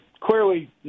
clearly